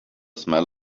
smell